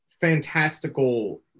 fantastical